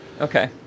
Okay